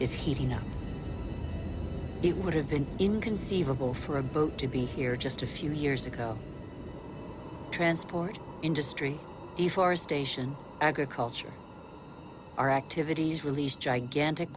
is heating up it would have been inconceivable for a boat to be here just a few years ago transport industry forestation agriculture our activities released gigantic